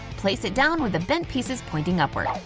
place it down with the bent pieces pointing upward.